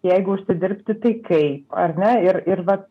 jeigu užsidirbti tai kaip ar ne ir ir vat